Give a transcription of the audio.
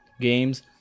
games